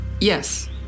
Yes